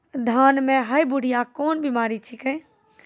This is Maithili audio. धान म है बुढ़िया कोन बिमारी छेकै?